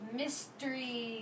mystery